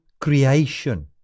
creation